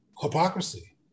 hypocrisy